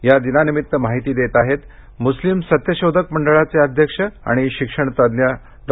या दिनानिमित्त माहिती देत आहेत मुस्लीम सत्यशोधक मंडळाचे अध्यक्ष आणि शिक्षणतज्ज्ञ डॉ